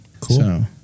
Cool